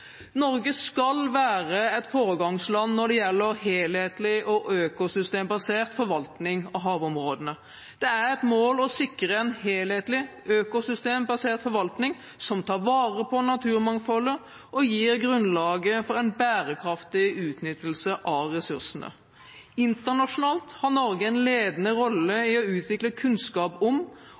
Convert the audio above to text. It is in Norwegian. Norge skal være et foregangsland når det gjelder helhetlig og økosystembasert forvaltning av havområdene. Det er et mål å sikre en helhetlig, økosystembasert forvaltning som tar vare på naturmangfoldet og gir grunnlag for en bærekraftig utnyttelse av ressursene. Internasjonalt har Norge en ledende rolle i å utvikle kunnskap om